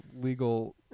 legal